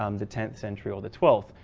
um the tenth century or the twelfth.